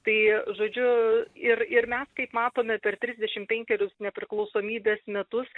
tai žodžiu ir ir mes kaip matome per trisdešimt penkerius nepriklausomybės metus